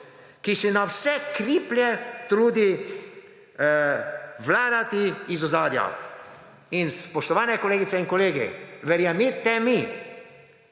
ki se na vse kriplje trudi vladati iz ozadja. Spoštovane kolegice in kolegi, verjemite mi,